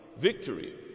victory